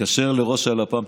תתקשר לראש הלפ"ם,